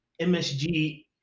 MSG